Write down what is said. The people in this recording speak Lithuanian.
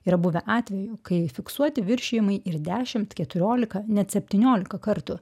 yra buvę atvejų kai fiksuoti viršijimai ir dešimt keturiolika net septyniolika kartų